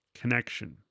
connection